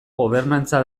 gobernantza